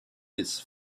its